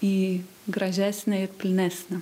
į gražesnę ir pilnesnę